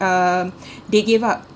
um they gave up